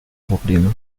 probleme